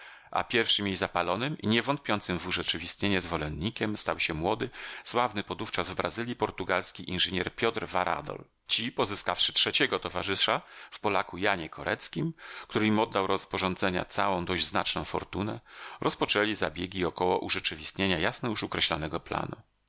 a pierwszym jej zapalonym i nie wątpiącym w urzeczywistnienie zwolennikiem stał się młody sławny podówczas w brazylii portugalski inżynier piotr varadol ci pozyskawszy trzeciego towarzysza w polaku janie koreckim który im oddał do rozporządzenia całą dość znaczną fortunę rozpoczęli zabiegi około urzeczywistnienia jasno już określonego planu